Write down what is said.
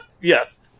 Yes